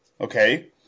Okay